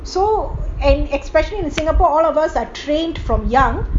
so and especially in singapore all of us are trained from young